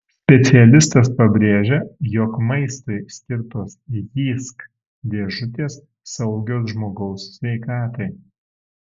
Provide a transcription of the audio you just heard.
specialistas pabrėžia jog maistui skirtos jysk dėžutės saugios žmogaus sveikatai